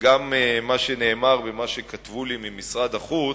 וגם מה שנאמר ומה שכתבו לי ממשרד החוץ,